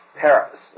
Paris